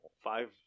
five